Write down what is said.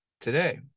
today